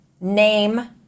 name